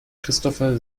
christopher